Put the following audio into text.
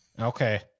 Okay